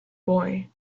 boy